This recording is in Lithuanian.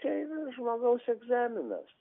čia yra žmogaus egzaminas